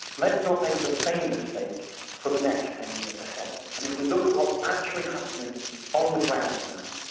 let's not make the same mistake for the next ten years ahead, and if we look at what's actually happening on the ground now,